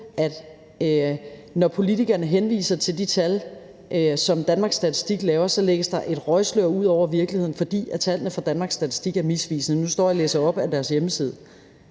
at når politikerne henviser til de tal, som Danmarks Statistik laver, lægges der et røgslør ud over virkeligheden, fordi tallene fra Danmarks Statistik er misvisende – nu står jeg og læser op fra deres hjemmeside.